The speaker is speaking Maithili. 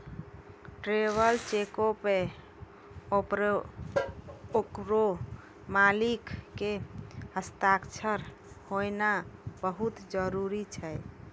ट्रैवलर चेको पे ओकरो मालिक के हस्ताक्षर होनाय बहुते जरुरी छै